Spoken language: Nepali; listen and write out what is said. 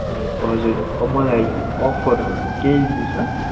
ए हजुर मलाई अफरहरू केही मिल्छ